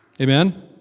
Amen